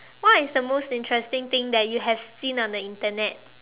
what is the most interesting thing that you have seen on the Internet